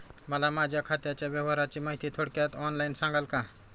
मला माझ्या खात्याच्या व्यवहाराची माहिती थोडक्यात ऑनलाईन सांगाल का?